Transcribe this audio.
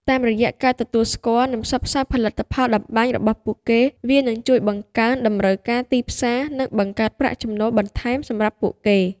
តាមរយៈការទទួលស្គាល់និងផ្សព្វផ្សាយផលិតផលតម្បាញរបស់ពួកគេ វានឹងជួយបង្កើនតម្រូវការទីផ្សារនិងបង្កើតប្រាក់ចំណូលបន្ថែមសម្រាប់ពួកគេ។